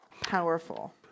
Powerful